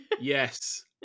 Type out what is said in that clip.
yes